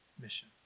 mission